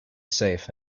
safe